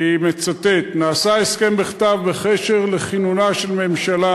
"נעשה הסכם בכתב בקשר לכינונה של ממשלה,